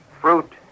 fruit